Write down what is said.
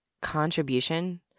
contribution